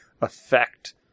affect